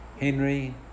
Henry